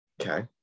Okay